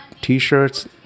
t-shirts